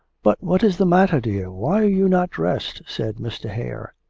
but what is the matter, dear? why are you not dressed said mr. hare.